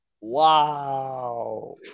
Wow